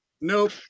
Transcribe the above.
nope